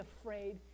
afraid